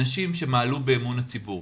אנשים שמעלו באמון הציבור,